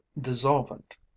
dissolvent